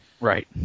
right